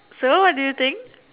sir what do you think